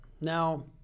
Now